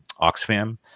Oxfam